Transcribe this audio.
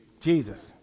Jesus